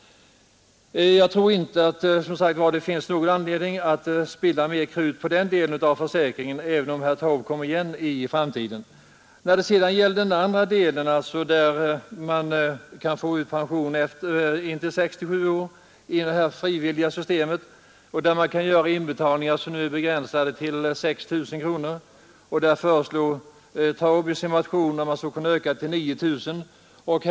Jag tror, som sagt, att det inte finns anledning att spilla mera krut på den delen av försäkringen, även om herr Taube kommer igen i framtiden. När det gäller den andra delen och de höjda avgiftsinbetalningar som sker efter 67 års ålder i det frivilliga systemet och som nu är begränsade till att gälla en pension på 6 000 kronor per år föreslår herr Taube i sin motion en höjning till 9 000 kronor.